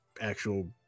actual